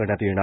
करण्यात येणार